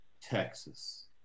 Texas